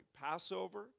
Passover